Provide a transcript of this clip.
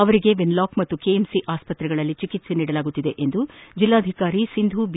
ಅವರಿಗೆ ವೆನ್ಲಾಕ್ ಮತ್ತು ಕೆಎಂಸಿ ಆಸ್ಪತ್ರೆಗಳಲ್ಲಿ ಚಿಕಿತ್ಸೆ ನೀಡಲಾಗುತ್ತಿದೆ ಎಂದು ಜಿಲ್ಲಾಧಿಕಾರಿ ಸಿಂಧೂ ಬಿ